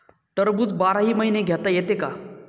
टरबूज बाराही महिने घेता येते का?